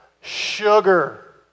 sugar